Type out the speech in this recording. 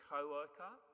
co-worker